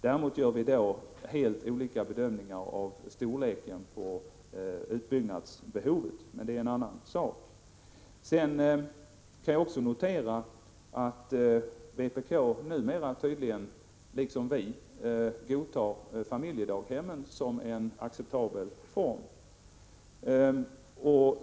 Däremot gör vi helt olika bedömningar av storleken på utbyggnadsbehovet, men det är en annan sak. Jag noterar också att vpk tydligen numera, liksom vi, godtar familjedaghemmen som en acceptabel barnomsorgsform.